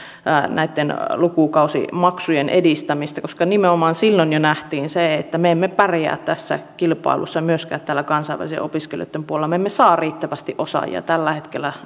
näitten lukukausimaksujen edistämistä koska nimenomaan jo silloin nähtiin se että me emme pärjää tässä kilpailussa myöskään kansainvälisten opiskelijoitten puolella me emme saa riittävästi osaajia tällä hetkellä